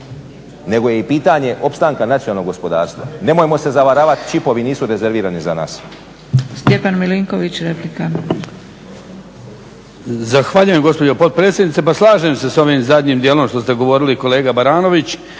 nego je i pitanje opstanka nacionalnog gospodarstva. Nemojmo se zavaravat, čipovi nisu rezervirani za nas.